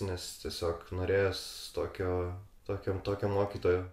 nes tiesiog norėjos tokio tokio tokio mokytojo